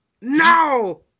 No